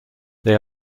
they